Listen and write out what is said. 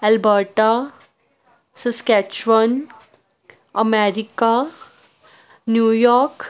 Alberta Saskatchewan America New York